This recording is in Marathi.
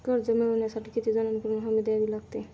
कर्ज मिळवण्यासाठी किती जणांकडून हमी द्यावी लागते?